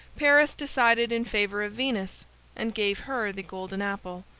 paris decided in favor of venus and gave her the golden apple,